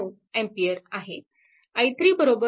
i3 2 v2